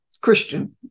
Christian